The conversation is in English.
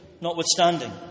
notwithstanding